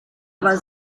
aber